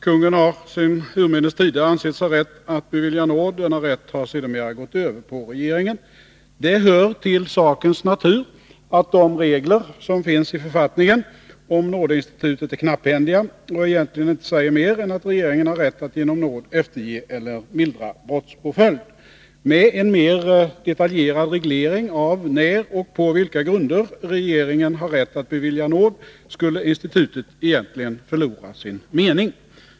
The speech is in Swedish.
Kungen har sedan urminnes tider ansetts ha rätt att bevilja nåd. Denna rätt har sedermera gått över på regeringen. Det hör till sakens natur att de regler som finns i författningen om nådeinstitutet är knapphändiga och egentligen inte säger mer än att regeringen har rätt att genom nåd efterge eller mildra brottspåföljd. Med en mera detaljerad reglering av när och på vilka grunder regeringen har rätt att bevilja nåd skulle institutet egentligen förlora sin mening.